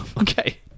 Okay